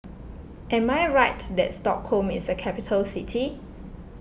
am I right that Stockholm is a capital city